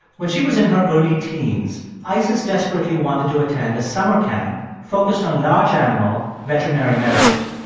when she was in her early teens, isis desperately wanted to attend a summer camp focused on large-animal veterinary medicine.